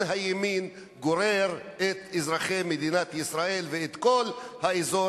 הימין גורר את אזרחי מדינת ישראל ואת כל האזור,